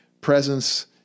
presence